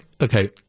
okay